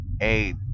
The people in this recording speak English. eight